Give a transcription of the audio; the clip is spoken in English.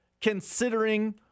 considering